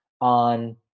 on